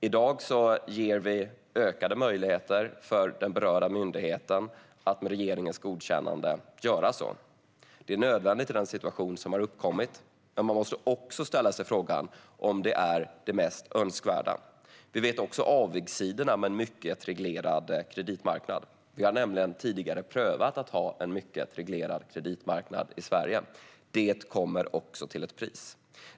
I dag ger vi ökade möjligheter för den berörda myndigheten att med regeringens godkännande göra detta. Det är nödvändigt i den situation som har uppkommit, men man måste också ställa sig frågan om det är det mest önskvärda. Vi känner till avigsidorna med en mycket reglerad kreditmarknad, något som vi tidigare har prövat i Sverige. Det har också ett pris.